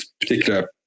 particular